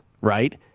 right